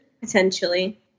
Potentially